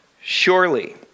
Surely